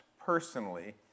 personally